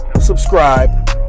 subscribe